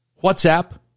WhatsApp